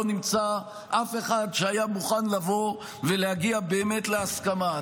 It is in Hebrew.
לא נמצא אף אחד שהיה מוכן לבוא ולהגיע באמת להסכמה.